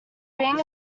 being